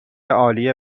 عالی